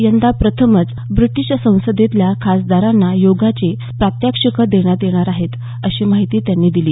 यंदा प्रथमच ब्रिटीश संसदेतल्या खासदारांना योगाची प्रात्यक्षिकं देण्यात येणार आहेत अशी माहिती त्यांनी दिली